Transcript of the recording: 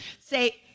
say